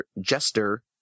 jester